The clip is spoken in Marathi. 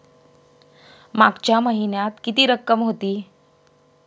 मागच्या महिन्यात किती रक्कम होती?